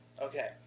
Okay